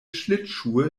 schlittschuhe